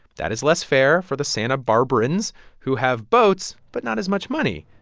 that is less fair for the santa barbarans who have boats but not as much money.